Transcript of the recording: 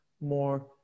more